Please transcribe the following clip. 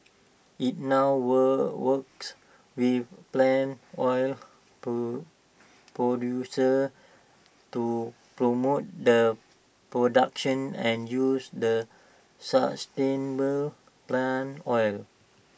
IT now work works with palm oil producers to promote the production and use the sustainable palm oil